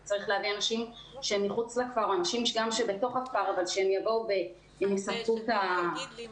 כי צריך להביא אנשים שהם מחוץ לכפר שיבואו ויספקו את החוגים.